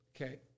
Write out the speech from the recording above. Okay